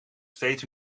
steeds